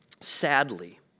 sadly